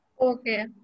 Okay